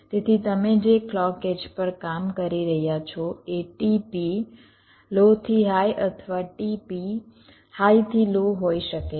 તેથી તમે જે ક્લૉક એડ્જ પર કામ કરી રહ્યા છો એ t p લો થી હાઇ અથવા t p હાઇથી લો હોઇ શકે છે